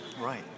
Right